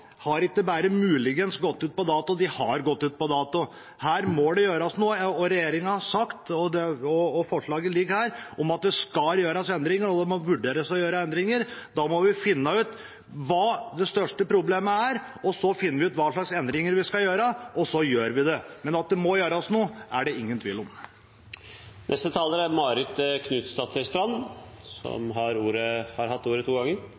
har ikke bare muligens gått ut på dato – de har gått ut på dato. Her må det gjøres noe, og regjeringen har sagt, og forslaget ligger her, at det skal gjøres endringer, og at det må vurderes å gjøre endringer. Da må vi finne ut hva det største problemet er, finne ut hva slags endringer vi skal gjøre, og så gjør vi det. Men at det må gjøres noe, er det ingen tvil om. Representanten Marit Knutsdatter Strand har hatt ordet to ganger